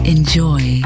Enjoy